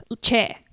chair